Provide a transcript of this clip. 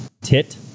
Tit